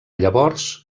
llavors